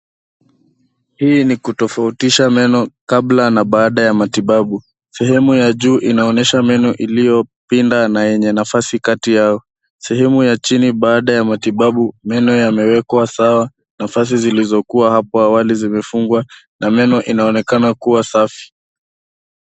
Hii ni kutofautisha meno kabla na bada ya matibabu. Sehemu ya juu inaonyesha meno iliyopinda na yenye nafasi kati yao. Sehemu ya chini baada ya matibabu, meno yamewekwa sawa. Nafasi zilizokuwa hapo awali zimefungwa na meno inaonekana kuwa safi.